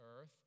earth